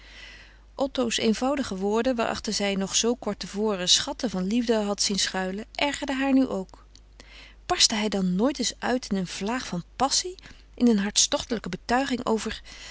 otto's eenvoudige woorden waarachter zij nog zoo kort te voren schatten van liefde had zien schuilen ergerden haar nu ook barstte hij dan nooit eens uit in een vlaag van passie in een hartstochtelijke betuiging over